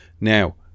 Now